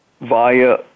via